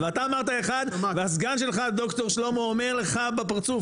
ואתה אמרת אחד והסגן שלך ד"ר שלמה אומר לך בפרצוף,